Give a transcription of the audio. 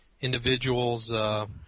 individuals